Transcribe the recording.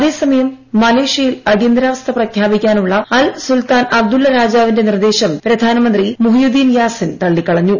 അതേസമയം മലേഷ്യയിൽ അടിയന്തരാവസ്ഥ പ്രഖ്യാപിക്കാനുള്ള അൽ സുൽത്താൻ അബ്ബുള്ള രാജാവിന്റെ നിർദ്ദേശം പ്രധാനമന്ത്രി മുഹിയൂദ്ദീൻ യാസിൻ തള്ളിക്കളഞ്ഞു